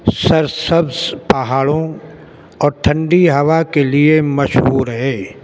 سرسبز پہاڑوں اور ٹھنڈی ہوا کے لیے مشہور ہے